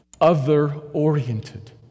other-oriented